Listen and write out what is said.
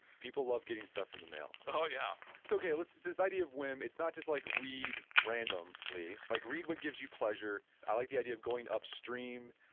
people love getting stuff in the mail oh yeah so okay. this this idea of whim, it's not just like read randomly. like read what gives you pleasure. i like the idea of going upstream,